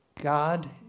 God